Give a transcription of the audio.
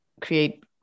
create